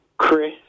Chris